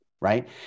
right